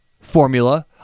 formula